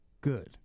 Good